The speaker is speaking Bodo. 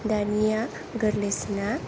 दानिया गोरलैसिना